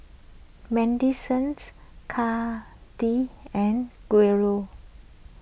Madysons and Gaylord